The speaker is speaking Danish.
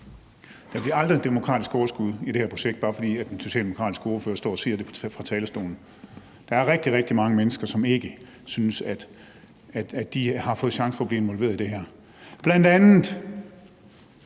Der bliver aldrig et demokratisk overskud i det her projekt, bare fordi den socialdemokratiske ordfører står og siger det fra talerstolen. Der er rigtig, rigtig mange mennesker, som ikke synes, at de har fået chancen for at blive involveret i det her,